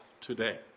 today